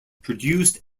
produced